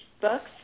Books